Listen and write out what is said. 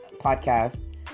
podcast